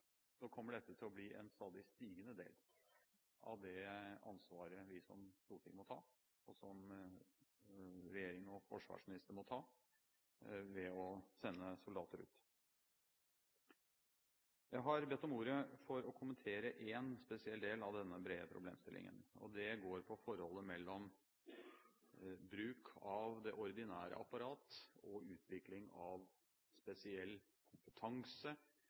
kommer dette til å bli en stadig stigende del av det ansvaret vi som storting må ta – og som regjering og forsvarsminister må ta – ved å sende soldater ut. Jeg har bedt om ordet for å kommentere en spesiell del av denne brede problemstillingen. Det går på forholdet mellom bruk av det ordinære apparat og utvikling av spesiell kompetanse